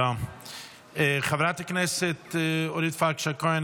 חבר הכנסת אורית פרקש הכהן,